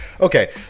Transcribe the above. okay